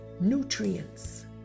nutrients